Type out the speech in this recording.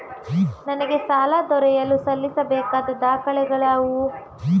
ನನಗೆ ಸಾಲ ದೊರೆಯಲು ಸಲ್ಲಿಸಬೇಕಾದ ದಾಖಲೆಗಳಾವವು?